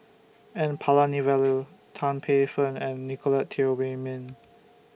N Palanivelu Tan Paey Fern and Nicolette Teo Wei Min